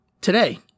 today